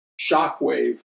shockwave